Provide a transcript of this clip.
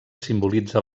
simbolitza